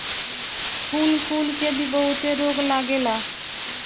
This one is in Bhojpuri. फूल कुल के भी बहुते रोग लागेला